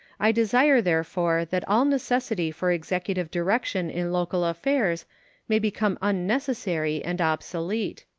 i desire, therefore, that all necessity for executive direction in local affairs may become unnecessary and obsolete.